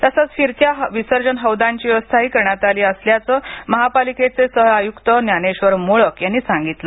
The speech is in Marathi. तसंच फिरत्या विसर्जन हौदांची व्यवस्थाही करण्यात आली असल्याचं महापालिकेचे सहआयुक्त ज्ञानेश्वर मोळक यांनी सांगितलं